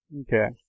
Okay